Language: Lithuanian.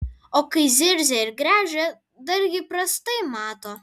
o kai zirzia ir gręžia dargi prastai mato